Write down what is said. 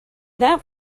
that